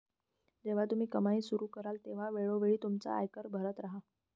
जेव्हा तुम्ही कमाई सुरू कराल तेव्हा वेळोवेळी तुमचा आयकर भरत राहा